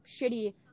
shitty